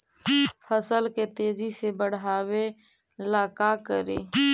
फसल के तेजी से बढ़ाबे ला का करि?